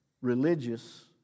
religious